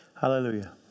Hallelujah